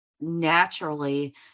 naturally